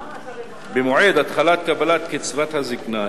במועד התחלת הקבלה של קצבת הזיקנה,